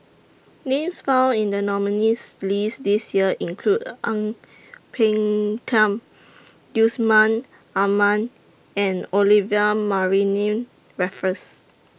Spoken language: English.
Names found in The nominees' list This Year include Ang Peng Tiam Yusman Aman and Olivia Mariamne Raffles